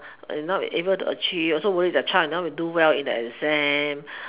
is not able to achieve also worry the child cannot do well in the exam